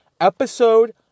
episode